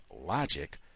logic